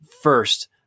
first